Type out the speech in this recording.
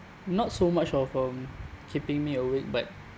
not so much of um keeping me awake but